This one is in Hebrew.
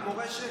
רק מורשת?